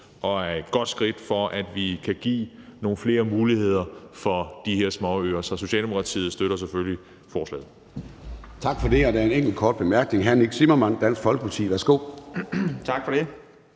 og et godt skridt, for at vi kan give nogle flere muligheder til de her småøer. Så Socialdemokratiet støtter selvfølgelig forslaget.